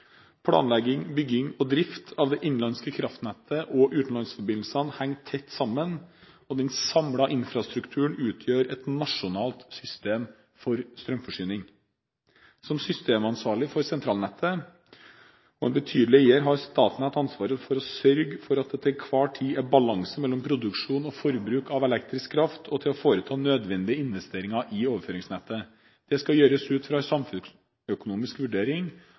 Planlegging, bygging og drift av det innenlandske kraftnettet og utenlandsforbindelsene henger tett sammen, og den samlede infrastrukturen utgjør et nasjonalt system for strømforsyning. Som systemansvarlig for sentralnettet og en betydelig netteier har Statnett ansvar for å sørge for at det til enhver tid er balanse mellom produksjon og forbruk av elektrisk kraft, og til å foreta nødvendige investeringer i overføringsnettet. Dette skal gjøres ut fra